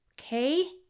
Okay